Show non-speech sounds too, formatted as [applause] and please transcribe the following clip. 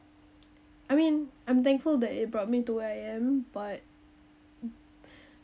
I mean I'm thankful that it brought me to where I am but [breath]